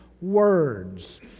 words